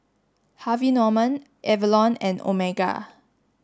Harvey Norman Avalon and Omega